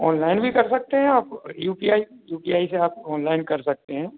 online भी कर सकते हैं आप U P I U P I से आप ऑनलाइन कर सकते हैं